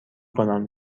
کنم